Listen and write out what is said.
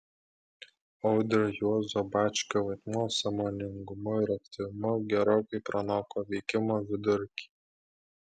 audrio juozo bačkio vaidmuo sąmoningumu ir aktyvumu gerokai pranoko veikimo vidurkį